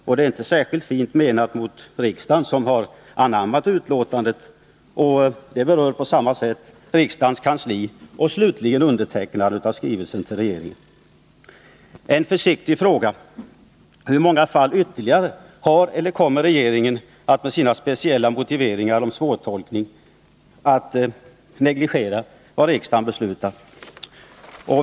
Och det är inte särskilt fint gjort mot riksdagen, som har anammat betänkandet. Även riksdagens kansli berörs och slutligen undertecknaren av skrivelsen till regeringen. En försiktig fråga: I hur många fall har regeringen negligerat eller i hur många ytterligare fall kommer regeringen att med sina speciella motiveringar om svårtolkning negligera vad riksdagen beslutar?